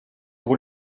pour